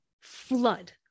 flood